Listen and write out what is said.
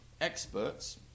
experts